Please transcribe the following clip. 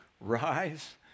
rise